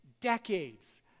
decades